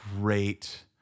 great